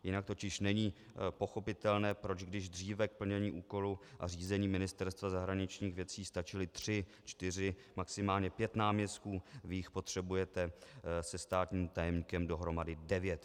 Jinak totiž není pochopitelné, proč když dříve k plnění úkolů a řízení Ministerstva zahraničních věcí stačili tři, čtyři, maximálně pět náměstků, vy jich potřebujete se státním tajemníkem dohromady devět.